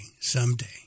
someday